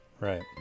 right